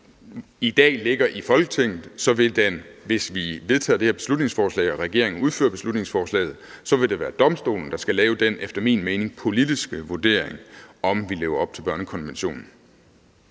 i dag ligger i Folketinget, men at det, hvis vi vedtager det her beslutningsforslag og regeringen fører beslutningsforslaget ud i livet, så vil det være domstolen, der skal lave den efter min mening politiske vurdering af, om vi lever op til børnekonventionen.